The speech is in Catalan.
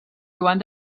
joan